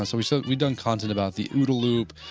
ah so we've so we've done content about the ooda loop,